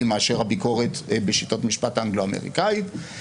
מאשר הביקורת בשיטות משפט אנגלו-אמריקניות.